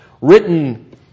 written